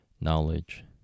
knowledge